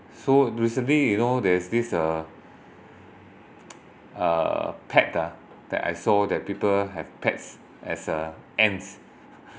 so recently you know there's this uh uh pet ah that I saw that people have pets as a ants